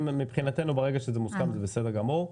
מבחינתנו ברגע שזה מוסכם, זה בסדר גמור.